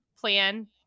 Plan